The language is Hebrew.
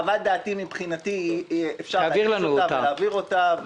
חוות דעתי מבחינתי אפשר להעביר אותה,